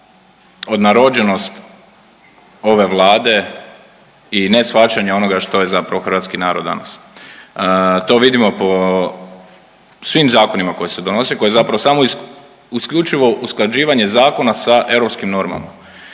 odnarođenost ove Vlade i ne shvaćanja onoga što je zapravo hrvatski narod danas. To vidimo po svim zakonima koji se donose koji je zapravo samo isključivo usklađivanje zakona sa europskim normama.